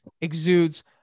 exudes